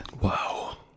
Wow